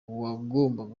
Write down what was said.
uwagombaga